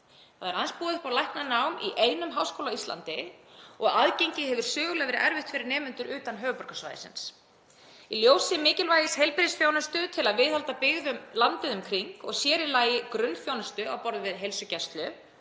er boðið upp á læknanám í einum háskóla á Íslandi og aðgengið hefur verið sögulega erfitt fyrir nemendur utan höfuðborgarsvæðisins. Í ljósi mikilvægis heilbrigðisþjónustu til að viðhalda byggð landið um kring, og sér í lagi grunnþjónustu á borð við heilsugæslu,